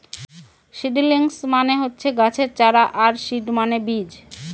seedlings মানে হচ্ছে গাছের চারা আর সিড মানে বীজ